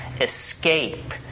escape